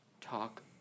talk